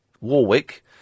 Warwick